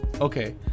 Okay